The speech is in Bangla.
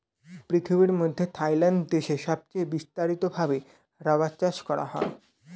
পৃথিবীর মধ্যে থাইল্যান্ড দেশে সবচে বিস্তারিত ভাবে রাবার চাষ করা হয়